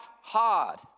hard